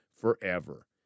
forever